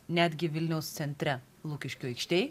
netgi vilniaus centre lukiškių aikštėj